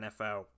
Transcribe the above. NFL